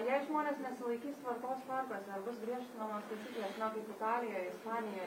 jei žmonės nesilaikys tvarkos parkuose ar bus griežtinamos taisyklės na kaip italijoj ispanijoj